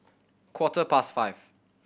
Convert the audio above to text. quarter past five